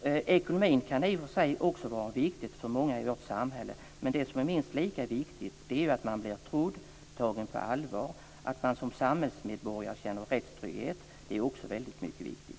Ekonomin kan i och för sig också vara viktig för många i vårt samhället, men det som är minst lika viktigt är att man blir trodd och tagen på allvar. Att man som samhällsmedborgare känner rättstrygghet är också väldigt viktigt.